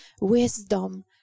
wisdom